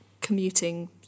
commuting